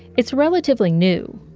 it's relatively new.